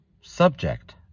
subject